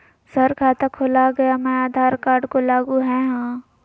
Sir खाता खोला गया मैं आधार कार्ड को लागू है हां?